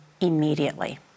immediately